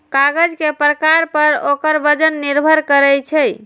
कागज के प्रकार पर ओकर वजन निर्भर करै छै